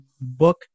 book